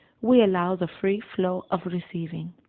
we allow the free flow of receiving.